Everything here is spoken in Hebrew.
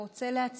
או רוצה להצביע?